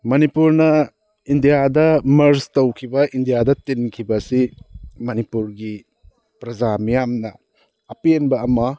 ꯃꯅꯤꯄꯨꯔꯅ ꯏꯟꯗꯤꯌꯥꯗ ꯃꯔꯁ ꯇꯧꯈꯤꯕ ꯏꯟꯗꯤꯌꯥꯗ ꯇꯤꯟꯈꯤꯕꯁꯤ ꯃꯅꯤꯄꯨꯔꯒꯤ ꯄ꯭ꯔꯥꯖꯥ ꯃꯤꯌꯥꯝꯅ ꯑꯄꯦꯟꯕ ꯑꯃ